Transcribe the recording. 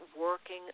working